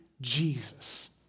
Jesus